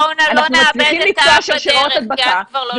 אנחנו מצליחים לקטוע שרשראות הדבקה -- רק בואו לא נאבד את ההר בדרך.